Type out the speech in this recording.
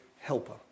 helper